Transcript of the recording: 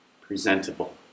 Presentable